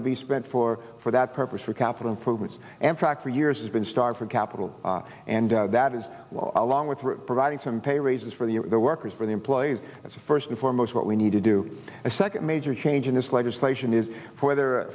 to be spent for for that purpose for capital improvements and track for years has been starved for capital and that is along with providing some pay raises for the workers for the employees first and foremost what we need to do a second major change in this legislation is